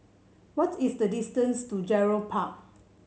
what is the distance to Gerald Park